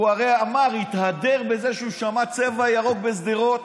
הוא הרי התהדר בזה שהוא שמע צבע ירוק בשדרות.